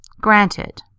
Granted